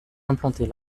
implantés